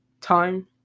time